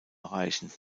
erreichen